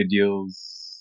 videos